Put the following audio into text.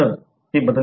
तर ते बदलते